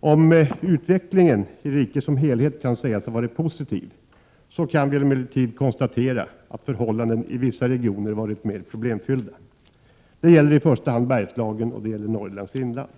Om utvecklingen i riket som helhet kan sägas ha varit positiv, så kan emellertid konstateras att förhållandena i vissa regioner varit mer problemfyllda. Det gäller i första hand Bergslagen och Norrlands inland.